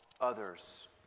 others